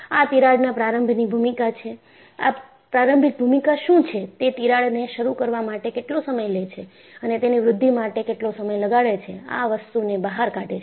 આ તિરાડના પ્રારંભની ભૂમિકા શું છે તે તિરાડ ને શરૂ કરવા માટે કેટલો સમય લે છે અને તેની વૃદ્ધિ માટે કેટલો સમય લાગાડે છે આ વસ્તુને બહાર કાઢે છે